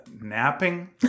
napping